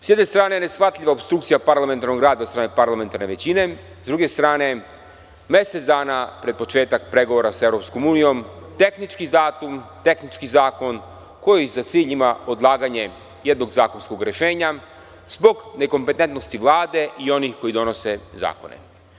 Sa jedne strane je neshvatljiva opstrukcija parlamentarnog rada od strane parlamentarne većine, a sa druge strane, mesec dana pre početka pregovora sa EU tehnički datum, tehnički zakon koji za cilj ima odlaganje jednog zakonskog rešenja, zbog nekompetentnosti Vlade i onih koji donose zakone.